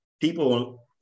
people